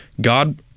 God